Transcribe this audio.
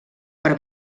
per